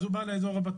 אז הוא בא לאזור הבטוח.